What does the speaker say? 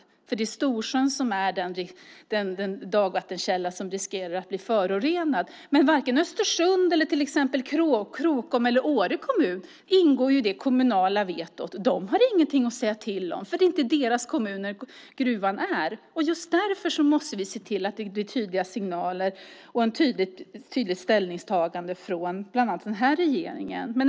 Det är Storsjön som är den dagvattenkälla som riskerar att bli förorenad. Varken Östersunds, Krokoms eller Åre kommuner ingår i det kommunala vetot. De har ingenting att säga till om eftersom det inte är i deras kommuner som gruvan ska vara. Just därför måste vi se till att det blir tydliga signaler och ett tydligt ställningstagande från bland annat regeringen.